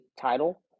title